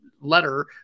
letter